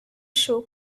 show